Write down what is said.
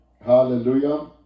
Hallelujah